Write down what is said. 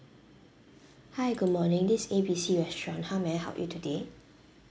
hi good morning this is A B C restaurant how may I help you today